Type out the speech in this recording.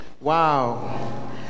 Wow